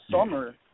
summer